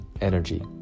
energy